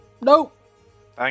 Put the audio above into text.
nope